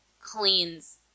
cleans